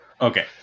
Okay